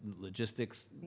logistics